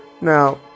Now